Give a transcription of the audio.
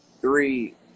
Three